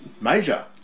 major